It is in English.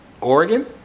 Oregon